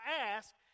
ask